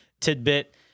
tidbit